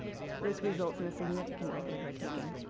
this results in a significant regulatory taking.